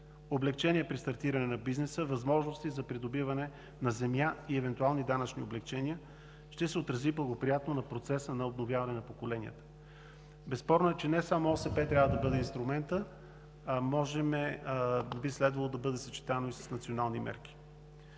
облекчение при стартиране на бизнеса, възможности за придобиване на земя и евентуални данъчни облекчения, ще се отрази благоприятно на процеса на обновяване на поколенията. Безспорно е, че не само Общата селскостопанска политика трябва да бъде инструментът, а би следвало да бъде съчетано и с национални мерки.